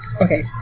Okay